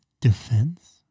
defense